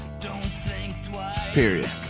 Period